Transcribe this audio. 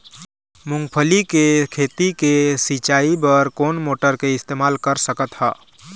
मूंगफली के खेती के सिचाई बर कोन मोटर के इस्तेमाल कर सकत ह?